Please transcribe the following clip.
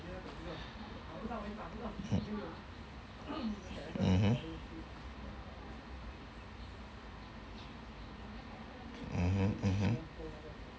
mm mmhmm mmhmm mmhmm